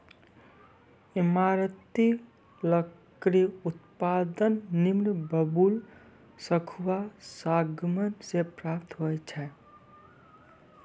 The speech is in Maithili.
ईमारती लकड़ी उत्पादन नीम, बबूल, सखुआ, सागमान से प्राप्त होय छै